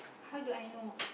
how do I know